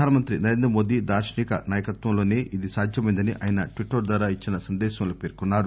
ప్రధానమంత్రి నరేంద్ర మోదీ దార్శనిక నాయకత్వంలోనే ఇది సాద్యమైందని ఆయన ట్విట్టర్ ద్వారా ఇచ్చిన సందేశంలో పేర్కొన్నారు